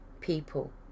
people